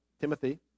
Timothy